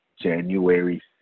January